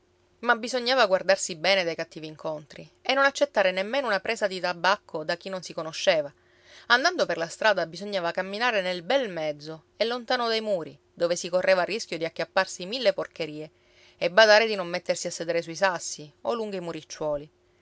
ma bisognava guardarsi bene dai cattivi incontri e non accettare nemmeno una presa di tabacco da chi non si conosceva andando per la strada bisognava camminare nel bel mezzo e lontano dai muri dove si correva rischio di acchiapparsi mille porcherie e badare di non mettersi a sedere sui sassi o lungo i muricciuoli